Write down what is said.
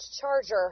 Charger